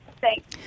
thanks